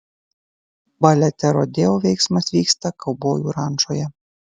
balete rodeo veiksmas vyksta kaubojų rančoje